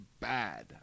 bad